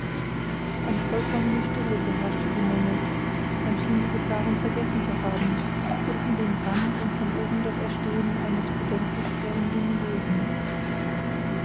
eine vollkommene stille beherrschte die menge man schien die gefahren vergessen zu haben unten den brand und von oben das erstehen eines bedenklich ruhenden löwen